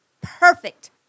perfect